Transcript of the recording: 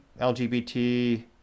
LGBT